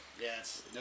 Yes